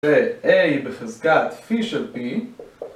זה A בחזקת FI של B